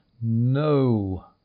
No